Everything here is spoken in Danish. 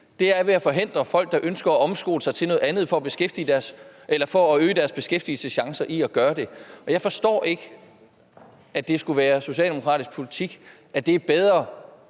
på er ved at forhindre folk, der ønsker at omskole sig til noget andet for at øge deres beskæftigelseschancer, i at gøre det. Jeg forstår ikke, at det skulle være socialdemokratisk politik, at det er bedre,